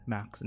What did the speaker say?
Max